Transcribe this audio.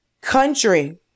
country